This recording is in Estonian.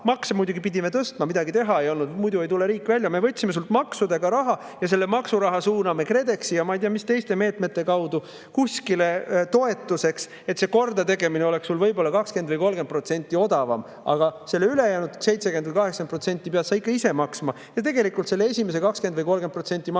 makse muidugi pidime tõstma, midagi teha ei olnud, muidu ei tule riik välja – ja selle maksuraha suuname KredExi ja ma ei tea mis teiste meetmete kaudu kuskile toetuseks, et see kordategemine oleks sulle võib-olla 20–30% odavam, aga selle ülejäänud 70–80% pead sa ikka ise maksma. Ja tegelikult selle esimese 20–30% maksid sa